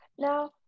Now